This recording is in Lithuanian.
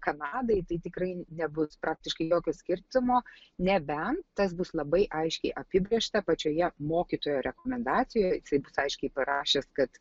kanadai tai tikrai nebus praktiškai jokio skirtumo nebent tas bus labai aiškiai apibrėžta pačioje mokytojo rekomendacijoje jisai bus aiškiai parašęs kad